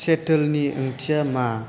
सेटोलनि ओंथिया मा